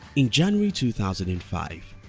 in january two thousand and five,